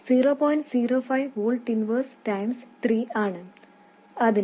05 volt inverse 3 ആണ് അതിനാൽ ഇത് 0